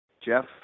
Jeff